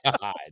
God